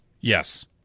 Yes